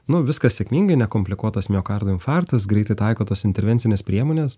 nu viskas sėkmingai nekomplikuotas miokardo infarktas greitai taiko tas intervencines priemonės